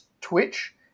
Twitch